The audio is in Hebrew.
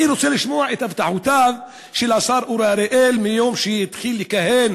אני רוצה לשמוע את הבטחותיו של השר אורי אריאל מיום שהתחיל לכהן